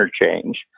interchange